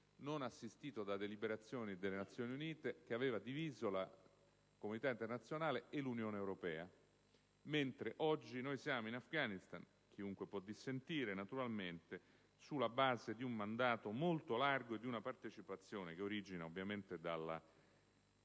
non assistito da deliberazioni delle Nazioni Unite che aveva diviso la comunità internazionale e l'Unione europea, mentre oggi siamo in Afghanistan - chiunque può dissentire, naturalmente - sulla base di un mandato molto largo e di una partecipazione, che origina ovviamente dalla